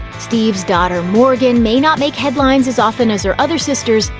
steve's daughter morgan may not make headlines as often as her other sisters,